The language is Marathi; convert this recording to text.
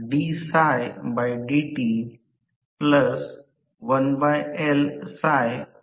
तर आता या प्रकरणात हे सर्किट आहे आता टर्मिनल ओलांडणारी ऊर्जा आणि टर्मिनल आहे